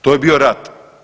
To je bio rat.